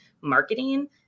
marketing